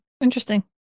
Interesting